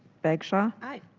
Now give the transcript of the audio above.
bagshaw. aye.